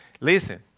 listen